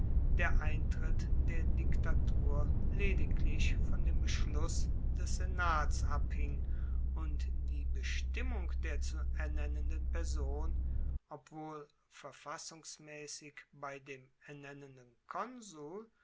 der eintritt der diktatur lediglich von dem beschluss des senats abhing und die bestimmung der zu ernennenden person obwohl verfassungsmaessig bei dem ernennenden konsul